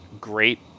great